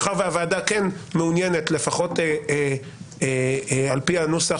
מאחר והוועדה כן מעוניינת לפחות על פי הנוסח